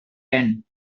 tan